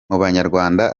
banyarwanda